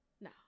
No